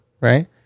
Right